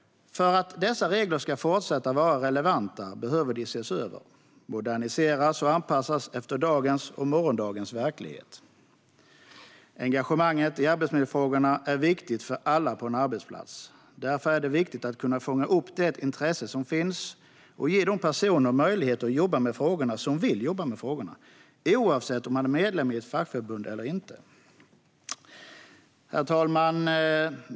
För att dessa regler ska fortsätta vara relevanta behöver de ses över, moderniseras och anpassas efter dagens och morgondagens verklighet. Engagemanget i arbetsmiljöfrågorna är viktigt för alla på en arbetsplats. Därför är det viktigt att kunna fånga upp det intresse som finns och ge de personer som vill jobba med frågorna möjlighet att göra det, oavsett om man är medlem i ett fackförbund eller inte. Herr talman!